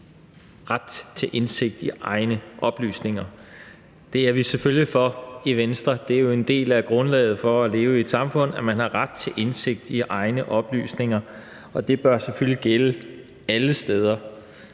ret til indsigt i egne oplysninger. Det er vi selvfølgelig for i Venstre – det er jo en del af grundlaget for at leve i et samfund, at man har ret til indsigt i egne oplysninger, og det bør selvfølgelig gælde alle steder.